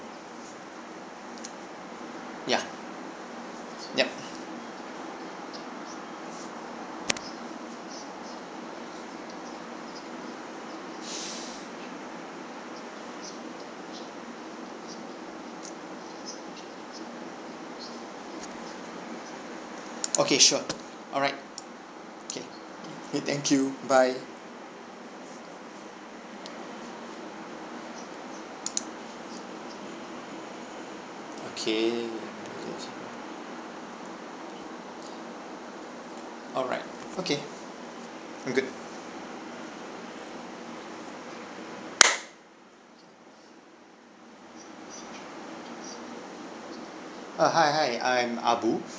ya yup okay sure alright okay thank you bye okay alright okay I'm good uh hi hi I'm ah bu